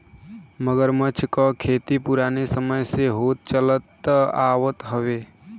मगरमच्छ क खेती पुराने समय से होत चलत आवत हउवे